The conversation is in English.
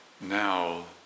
now